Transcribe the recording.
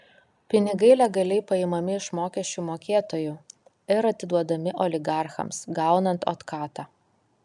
pinigai legaliai paimami iš mokesčių mokėtojų ir atiduodami oligarchams gaunant otkatą